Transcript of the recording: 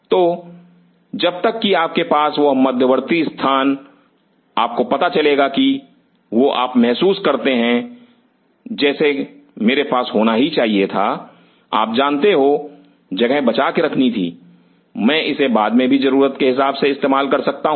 तो जब तक की आपके पास वह मध्यवर्ती स्थान आपको पता चलेगा कि वह आप महसूस करते हैं जैसे मेरे पास होना ही चाहिए था आप जानते हो जगह बचा के रखनी थी मैं इसे बाद में भी जरूरत के हिसाब से इस्तेमाल कर सकता हूं